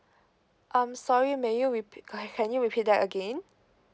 um sorry may you repeat can you repeat that again